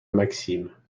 maxime